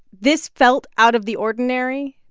this felt out of the ordinary,